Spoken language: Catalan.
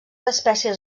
espècies